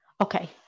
Okay